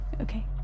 Okay